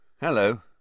hello